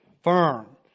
firm